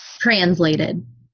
translated